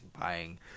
buying